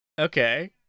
okay